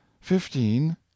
fifteen